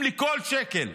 שזקוקים לכל שקל.